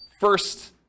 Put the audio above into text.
first